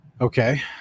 Okay